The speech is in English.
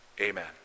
Amen